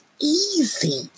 easy